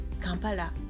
Kampala